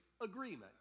agreement